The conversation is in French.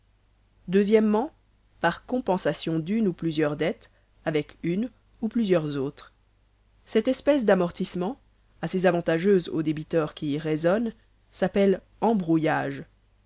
o par compensation d'une ou plusieurs dettes avec une ou plusieurs autres cette espèce d'amortissement assez avantageuse au débiteur qui raisonne s'appelle embrouillage